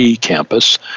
campus